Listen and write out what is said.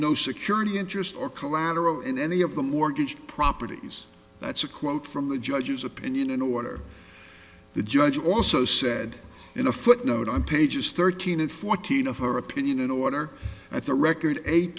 no security interest or collateral in any of the mortgage properties that's a quote from the judge's opinion in order the judge also said in a footnote on pages thirteen and fourteen of our opinion in order that the record eight